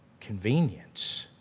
convenience